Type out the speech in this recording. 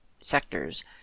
sectors